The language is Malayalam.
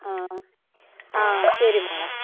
ആ ആ ശരി മോളേ